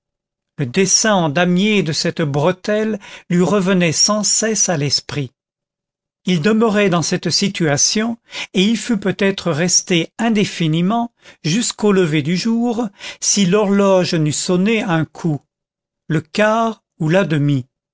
le dessin en damier de cette bretelle lui revenait sans cesse à l'esprit il demeurait dans cette situation et y fût peut-être resté indéfiniment jusqu'au lever du jour si l'horloge n'eût sonné un coup le quart ou la demie